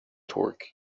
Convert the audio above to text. torque